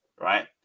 right